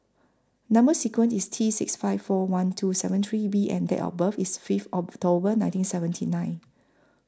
Number sequence IS T six five four one two seven three B and Date of birth IS Fifth October nineteen seventy nine